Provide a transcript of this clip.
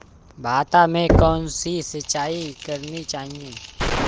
भाता में कौन सी सिंचाई करनी चाहिये?